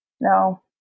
No